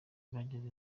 bageze